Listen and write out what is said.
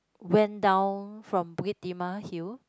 went down from Bukit-Timah Hill